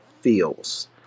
feels